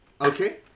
Okay